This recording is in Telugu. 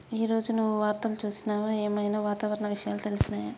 ఈ రోజు నువ్వు వార్తలు చూసినవా? ఏం ఐనా వాతావరణ విషయాలు తెలిసినయా?